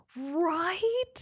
right